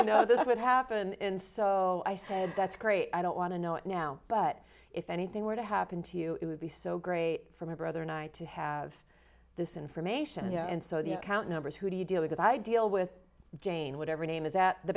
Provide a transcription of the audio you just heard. didn't know this would happen and so i said that's great i don't want to know it now but if anything were to happen to you it would be so great for my brother and i to have this information and so the account numbers who do you deal with that i deal with jane whatever name is at the